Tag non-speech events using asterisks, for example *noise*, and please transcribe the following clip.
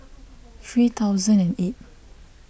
*noise* three thousand and eight